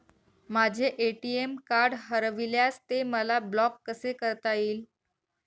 माझे ATM card हरविल्यास ते मला ब्लॉक कसे करता येईल?